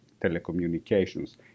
Telecommunications